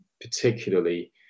particularly